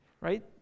right